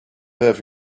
have